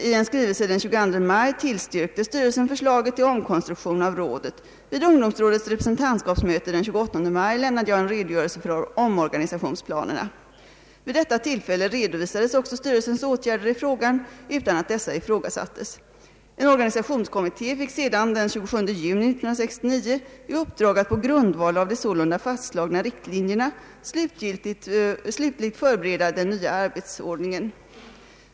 I en skrivelse den 22 maj tillstyrkte styrelsen förslaget till omkonstruktion av rådet. Vid ungdomsrådets representantskapsmöte den 28 maj lämnade jag en redogörelse för omorganisationsplanerna. Vid detta tillfälle redo visades också styrelsens åtgärder i frågan utan att dessa ifrågasattes. En organisationskommitté fick sedan den 27 juni 1969 i uppdrag att på grundval av de sålunda fastslagna riktlinjerna slutligt förbereda den nya arbetsordningen.